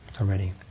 already